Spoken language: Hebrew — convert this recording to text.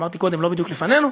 אמרתי קודם, לא בדיוק לפנינו.